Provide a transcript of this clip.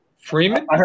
Freeman